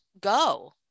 go